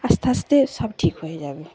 আস্তে আস্তে সব ঠিক হয়ে যাবে